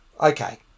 okay